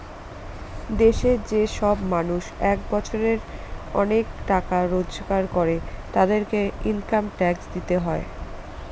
দেশে যে সব মানুষ এক বছরে অনেক টাকা রোজগার করে, তাদেরকে ইনকাম ট্যাক্স দিতে হয়